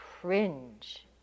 cringe